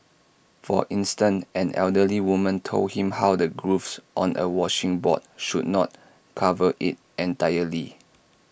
for instant an elderly woman told him how the grooves on A washing board should not cover IT entirely